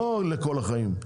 לא לכל החיים.